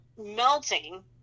melting